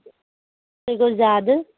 سُہ گوٚو زیادٕ